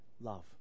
Love